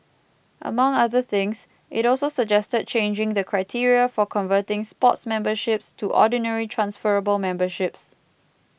among other things it also suggested changing the criteria for converting sports memberships to ordinary transferable memberships